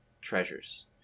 treasures